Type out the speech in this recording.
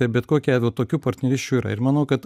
tai bet kokiu atveju tokių partnerysčių yra ir manau kad